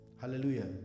Hallelujah